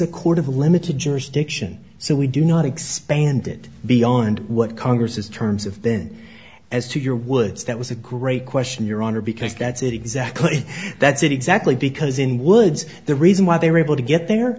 court of limited jurisdiction so we do not expanded beyond what congress has terms of been as to your woods that was a great question your honor because that's exactly that's it exactly because in woods the reason why they were able to get there